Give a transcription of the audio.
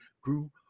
grew